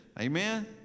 Amen